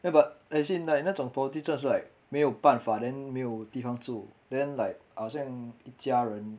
ya but as in like 那种 probably 真的是 like 没有办法 then 没有地方住 then like 好像一家人